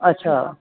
अच्छा